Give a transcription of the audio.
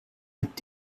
mit